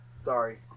Sorry